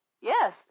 Yes